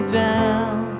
down